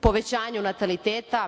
povećanja nataliteta,